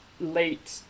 late